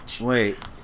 Wait